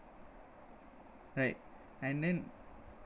right and then